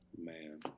Man